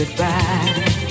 goodbye